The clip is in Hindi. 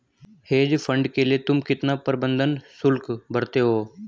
हेज फंड के लिए तुम कितना प्रबंधन शुल्क भरते हो?